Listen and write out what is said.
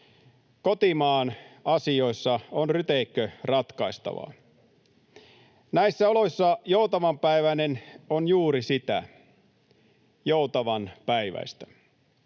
Kotimaan asioissa on ryteikkö ratkaistavaa. Näissä oloissa joutavanpäiväinen on juuri sitä: joutavanpäiväistä.